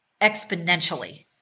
exponentially